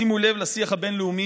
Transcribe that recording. שימו לב לשיח הבין-לאומי,